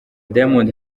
diamond